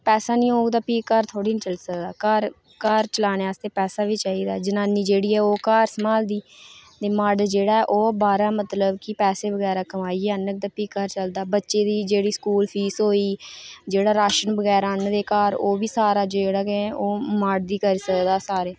पैसा निं होग ते भी घर थोह्ड़े ना चली सकदा घर चलाने आस्तै पैसा बी चाहिदा ते जनान्नी जेह्ड़ी ऐ ओह् घर संभालदी ते मर्द जेह्ड़ा ऐ ओह् बाह्रा मतलब कि पैसे कमाइयै आह्नग ते भी घर चलदा जेह्ड़ी स्कूल फीस होई जेह्ड़ा राशन आह्नदे घर ओह्बी मर्द ई आह्नी सकदे घर